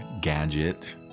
gadget